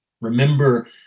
remember